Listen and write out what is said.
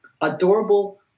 adorable